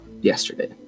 yesterday